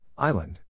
Island